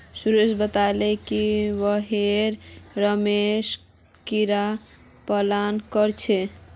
सुरेश बताले कि वहेइं रेशमेर कीड़ा पालन कर छे